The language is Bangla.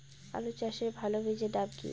আলু চাষের ভালো বীজের নাম কি?